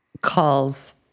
calls